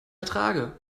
ertrage